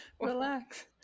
Relax